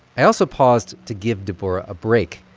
i also paused to give deborah a break.